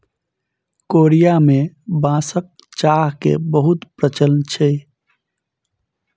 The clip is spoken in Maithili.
कोरिया में बांसक चाह के बहुत प्रचलन छै